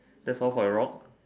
that's all for the rock